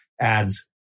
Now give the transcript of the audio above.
adds